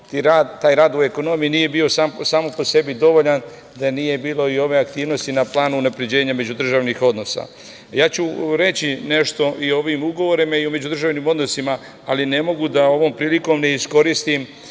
taj rad u ekonomiji nije bio sam po sebi dovoljan da nije bilo i ove aktivnosti na planu unapređenja međudržavnih odnosa. Reći ću nešto i ovim ugovorima i o međudržavnim odnosima, ali ne mogu da ovom prilikom ne iskoristim,